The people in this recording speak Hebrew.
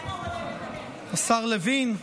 השר לוין,